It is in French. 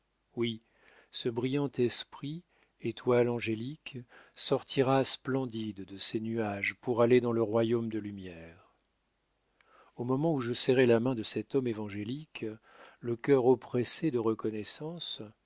oui ce brillant esprit étoile angélique sortira splendide de ses nuages pour aller dans le royaume de lumière au moment où je serrais la main de cet homme évangélique le cœur oppressé de reconnaissance